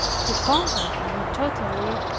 to conquer them totally,